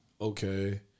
okay